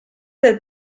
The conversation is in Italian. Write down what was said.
del